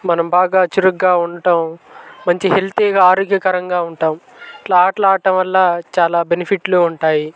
మనం బాగా చురుగ్గా ఉండటం మంచి హెల్తీగా ఆరోగ్యకరంగా ఉంటాము అట్లా ఆటలు ఆడటం వల్ల చాలా బెనిఫిట్లు ఉంటాయి